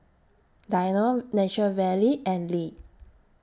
Danone Nature Valley and Lee